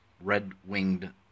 red-winged